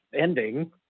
ending